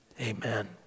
Amen